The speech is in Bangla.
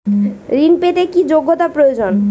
ঋণ পেতে কি যোগ্যতা প্রয়োজন?